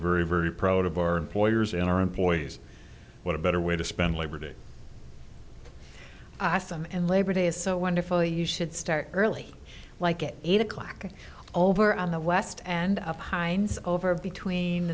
very very proud of our employers and our employees what a better way to spend labor day us and labor day is so wonderful you should start early like it eight o'clock over on the west and of heinz over between